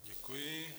Děkuji.